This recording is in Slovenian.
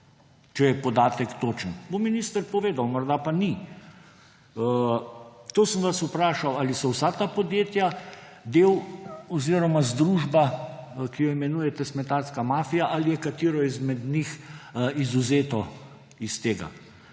če je podatek točen. Bo minister povedal, morda pa ni. To sem vas vprašal: ali so vsa ta podjetja združba, ki jo imenujete smetarska mafija, ali je katero izmed njih izvzeto iz tega?